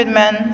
men